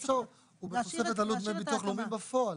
אז אפשר "ובתוספת עלות דמי ביטוח לאומי בפועל".